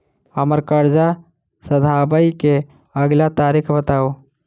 हम्मर कर्जा सधाबई केँ अगिला तारीख बताऊ?